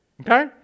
okay